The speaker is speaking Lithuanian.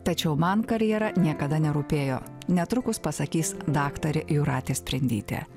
tačiau man karjera niekada nerūpėjo netrukus pasakys daktarė jūratė sprindytė